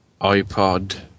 iPod